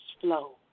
flow